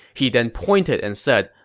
he then pointed and said,